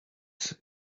say